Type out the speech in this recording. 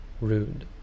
rude